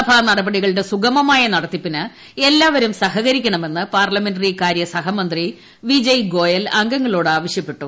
സഭാ നടപടികളുടെ സുഗമമായ നടത്തിപ്പിന് എല്ലാവരും സഹകരിക്കണമെന്ന് പാർലമെന്ററികാര്യ സഹമന്ത്രി വിജയ് ഗോയൽ അംഗങ്ങളോട് ആവശ്യപ്പെട്ടു